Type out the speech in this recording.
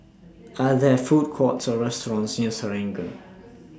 Are There Food Courts Or restaurants near Serangoon